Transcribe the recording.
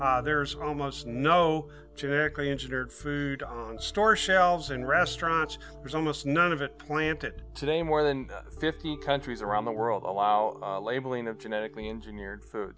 there's almost no generically engineered food on store shelves in restaurants because almost none of it planted today more than fifty countries around the world allow labeling of genetically engineered food